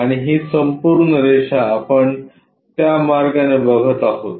आणि ही संपूर्ण रेषा आपण त्या मार्गाने बघत आहोत